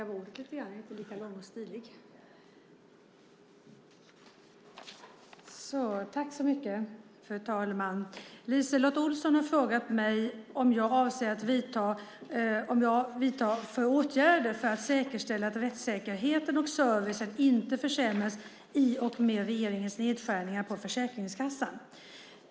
Fru talman! LiseLotte Olsson har frågat mig vad jag avser att vidta för åtgärder för att säkerställa att rättssäkerheten och servicen inte försämras i och med regeringens nedskärningar på Försäkringskassan.